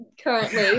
currently